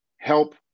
help